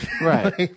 Right